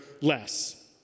less